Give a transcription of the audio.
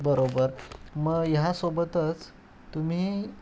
बरोबर मग ह्यासोबतच तुम्ही